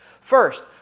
First